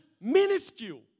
minuscule